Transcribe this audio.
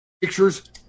pictures